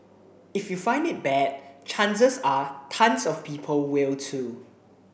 if you find it bad chances are tons of people will too